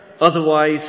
Otherwise